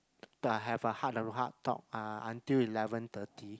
to have a heart to heart talk ah until eleven thirty